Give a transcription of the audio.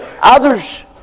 Others